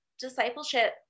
discipleship